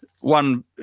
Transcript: one